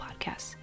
Podcasts